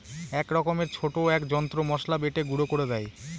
এক রকমের ছোট এক যন্ত্র মসলা বেটে গুঁড়ো করে দেয়